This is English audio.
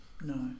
No